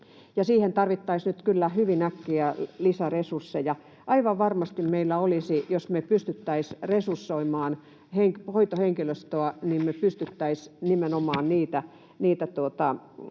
siihen tarvittaisiin nyt kyllä hyvin äkkiä lisäresursseja. Aivan varmasti, jos me pystyttäisiin resursoimaan hoitohenkilöstöä, me pystyttäisiin nimenomaan niitä